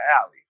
alley